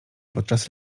podczas